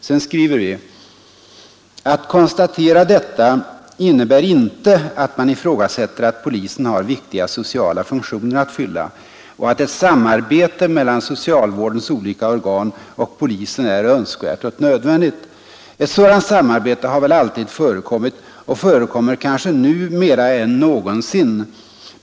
Sedan skriver vi: ”Att konstatera detta innebär inte att man ifrågasätter att polisen har viktiga sociala funktioner att fylla och att ett samarbete mellan socialvårdens olika organ och polisen är önskvärt och nödvändigt. Ett sådant samarbete har väl alltid förekommit och förekommer kanske nu mera än någonsin.